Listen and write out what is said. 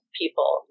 people